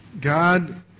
God